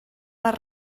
les